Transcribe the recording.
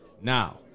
Now